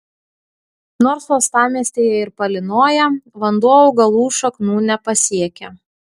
nors uostamiestyje ir palynoja vanduo augalų šaknų nepasiekia